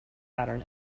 pattern